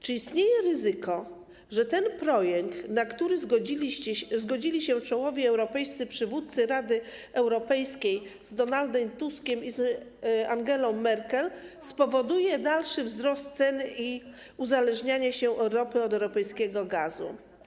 Czy istnieje ryzyko, że ten projekt, na który zgodzili się czołowi europejscy przywódcy Rady Europejskiej z Donaldem Tuskiem i Angelą Merkel spowoduje dalszy wzrost cen i uzależnianie się Europy od rosyjskiego gazu?